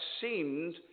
seemed